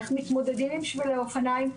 איך מתמודדים עם שבילי אופניים.